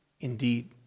indeed